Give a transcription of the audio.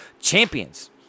champions